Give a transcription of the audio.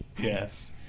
Yes